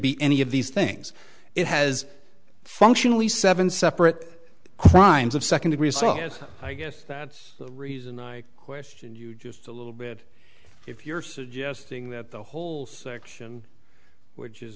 be any of these things it has functionally seven separate crimes of second degree assault as i guess that's the reason i question you just a little bit if you're suggesting that the whole section which is